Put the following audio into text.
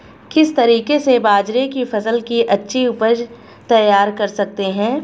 किस तरीके से बाजरे की फसल की अच्छी उपज तैयार कर सकते हैं?